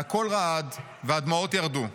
והקול רעד והדמעות ירדו.